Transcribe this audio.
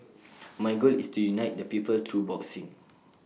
my goal is to unite the people through boxing